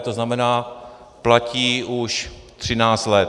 To znamená, platí už třináct let.